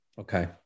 Okay